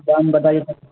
دام بتائیے گا تو